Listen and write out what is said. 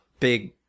big